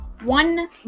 one